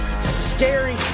Scary